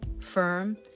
firm